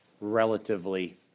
relatively